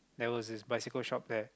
there was a bicycle shop there